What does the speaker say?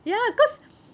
ya because